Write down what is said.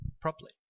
properly